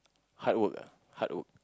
hardwork ah hardwork